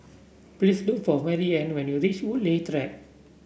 please look for Marianne when you reach Woodleigh Track